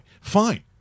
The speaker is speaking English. Fine